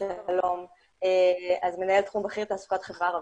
אני מנהלת תחום בכיר חברה הערבית,